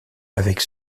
avec